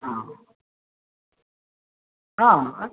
ആ ആ